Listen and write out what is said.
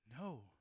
No